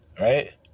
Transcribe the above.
right